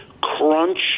crunch